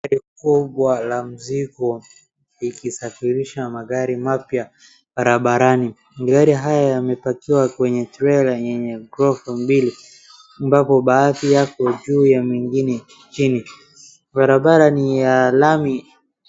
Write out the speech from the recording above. Gari kubwa la mzigo likisafirisha magari mapya barabarani. Magari haya yamepakiwa kwenye trela yenye rafu mbili ambapo baadhi yako juu ya mengine chini. Barabara ni ya lami